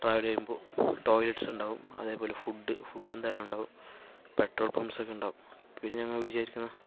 travel ചെയ്യുമ്പോൾ toilets ഉണ്ടാവും അതേപോലെ ഫുഡ് ഫുഡ് എന്തായാലും ഉണ്ടാവും പെട്രോൾ പമ്പ്സൊക്കെ ഉണ്ടാവും പിന്നെ ഞങ്ങൾ വിചാരിക്കുന്ന